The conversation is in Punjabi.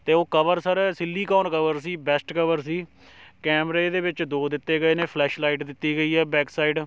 ਅਤੇ ਉਹ ਕਵਰ ਸਰ ਸਿੱਲੀਕੋਨ ਕਵਰ ਸੀ ਬੈਸਟ ਕਵਰ ਸੀ ਕੈਮਰੇ ਇਹਦੇ ਵਿੱਚ ਦੋ ਦਿੱਤੇ ਗਏ ਨੇ ਫਲੈਸ਼ ਲਾਈਟ ਦਿੱਤੀ ਗਈ ਹੈ ਬੈਕ ਸਾਈਡ